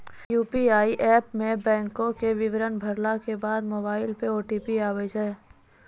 UPI app मे बैंको के विबरण भरला के बाद मोबाइल पे ओ.टी.पी आबै छै